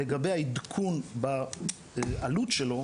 לגבי העדכון בעלות שלו,